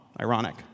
Ironic